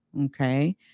okay